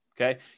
okay